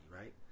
right